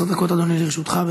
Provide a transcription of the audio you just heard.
עשר דקות, אדוני, לרשותך.